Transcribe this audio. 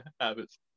habits